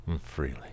freely